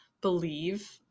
Believe